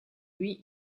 lui